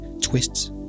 twists